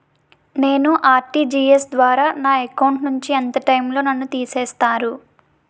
నేను ఆ.ర్టి.జి.ఎస్ ద్వారా నా అకౌంట్ నుంచి ఎంత టైం లో నన్ను తిసేస్తారు?